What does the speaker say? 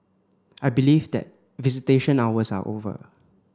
I believe that visitation hours are over